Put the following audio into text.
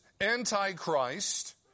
Antichrist